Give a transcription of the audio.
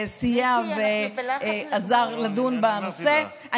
סייע ועזר לדון בנושא.